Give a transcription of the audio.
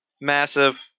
Massive